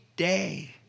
day